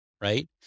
right